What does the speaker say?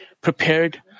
prepared